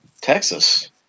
Texas